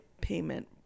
payment